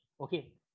okay